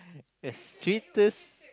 the sweetest